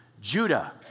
Judah